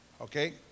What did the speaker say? Okay